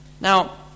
Now